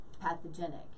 pathogenic